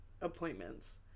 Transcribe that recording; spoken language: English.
appointments